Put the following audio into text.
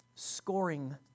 scoring